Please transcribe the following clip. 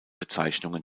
bezeichnungen